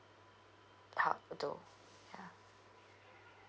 talk too ya